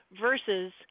versus